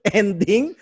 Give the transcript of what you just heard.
ending